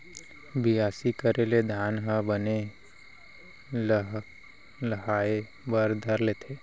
बियासी करे ले धान ह बने लहलहाये बर धर लेथे